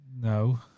No